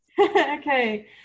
okay